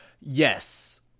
Yes